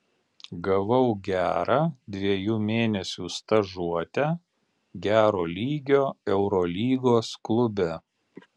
gavau gerą dviejų mėnesių stažuotę gero lygio eurolygos klube